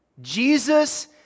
Jesus